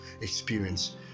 experience